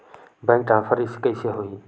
Bank transfer कइसे होही?